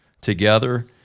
together